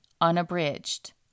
unabridged